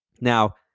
Now